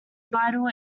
vital